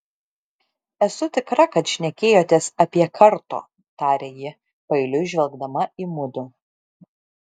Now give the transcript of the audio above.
esu tikra kad šnekėjotės apie karto tarė ji paeiliui žvelgdama į mudu